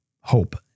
hope